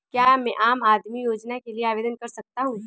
क्या मैं आम आदमी योजना के लिए आवेदन कर सकता हूँ?